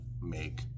make